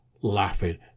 laughing